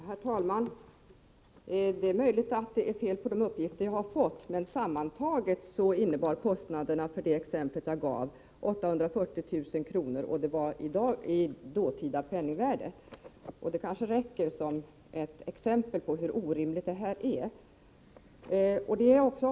Herr talman! Det är möjligt att det är fel på de uppgifter jag har fått, men sammantaget uppgick kostnaderna i det exempel jag gav till 840 000 kr. i dåtida penningvärde. Det kanske räcker som exempel på hur orimliga effekterna kan bli.